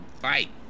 fight